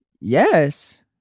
yes